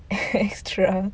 extra